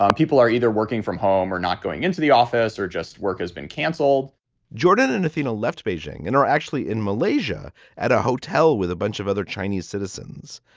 um people are either working from home or not going into the office or just work has been canceled jordan and athena left beijing and are actually in malaysia at a hotel with a bunch of other chinese citizens.